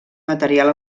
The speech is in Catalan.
material